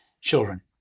children